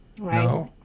Right